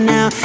Now